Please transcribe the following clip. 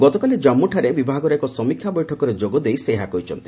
ଗତକାଲି ଜାଞ୍ଚଠାରେ ବିଭାଗର ଏକ ସମୀକ୍ଷାବୈଠକରେ ଯୋଗଦେଇ ସେ ଏହା କହିଛନ୍ତି